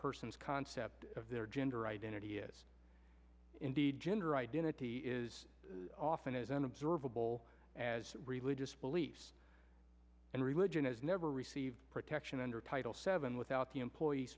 person's concept of their gender identity is indeed gender identity is often as an observable as religious beliefs and religion has never received protection under title seven without the employee